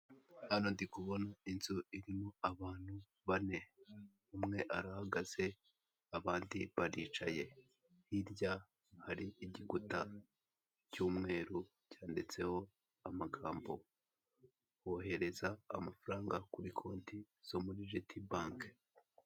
Hano ndi kubona inzu irimo abantu bane. Umwe arahagaze, abandi baricaye. Hirya hari igikuta cy'umweru, cyanditseho amagambo; " Wohereza amafaranga kuri konti zo muti jiti banki".